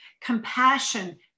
Compassion